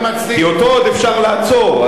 כי אותו עוד אפשר לעצור.